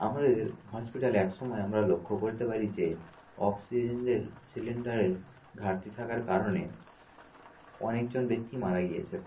আমাদের হসপিটালে এক সময়ে আমরা লক্ষ্য করতে পারি যে অক্সিজেনের সিলিণ্ডারের ঘাটতি থাকার কারণে অনেকজন ব্যক্তি মারা গিয়েছে